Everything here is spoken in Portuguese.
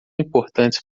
importantes